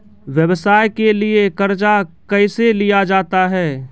व्यवसाय के लिए कर्जा कैसे लिया जाता हैं?